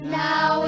now